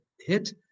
hit